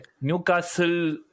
Newcastle